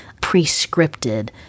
pre-scripted